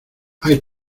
hay